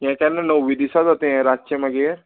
हें केन्ना णव्वी दिसा जातें रातचें मागीर